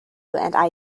and